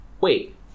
wait